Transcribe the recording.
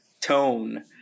tone